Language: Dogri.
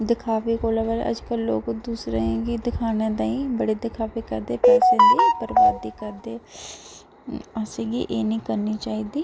दिखावे कोला अज्ज लोग दूऐं ई दिखानै ई जेह्ड़े दिखावे करदे पैसें दी बरबादी करदे असेंगी एह् निं करनी चाहिदी